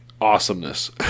awesomeness